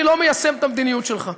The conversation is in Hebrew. אני לא מיישם את המדיניות שלך?